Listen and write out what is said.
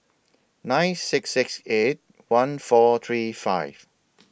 nine six six eight one four three five